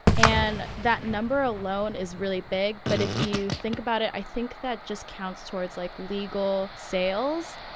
and that number alone is really big, but if you think about it, i think that just counts towards like legal sales.